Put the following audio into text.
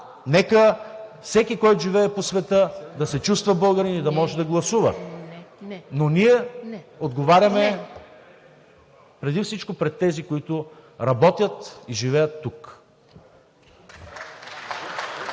нека всеки, който живее по света да се чувства българин и да може да гласува, но ние отговаряме преди всичко пред тези, които работят и живеят тук.